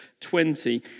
20